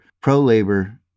pro-labor